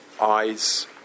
eyes